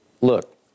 Look